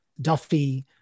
Duffy